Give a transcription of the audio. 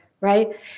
right